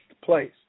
place